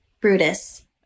Brutus